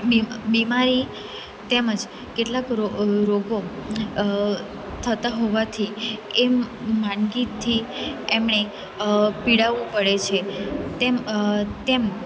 બીમારી તેમજ કેટલાક રોગો થતા હોવાથી એમ માંદગીથી એમણે પીડાવું પડે છે તેમ તેમ